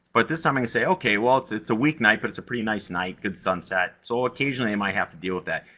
but this time, i say, okay, well, it's it's a weeknight, but it's a pretty nice night. good sunset, so occasionally, i might have to deal with that.